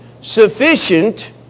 sufficient